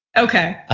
okay.